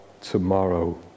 Tomorrow